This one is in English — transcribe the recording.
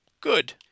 good